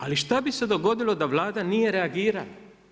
Ali šta bi se dogodilo da Vlada nije reagirala?